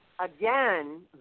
Again